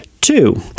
Two